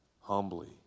humbly